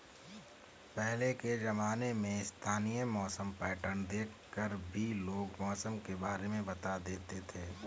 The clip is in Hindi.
पहले के ज़माने में स्थानीय मौसम पैटर्न देख कर भी लोग मौसम के बारे में बता देते थे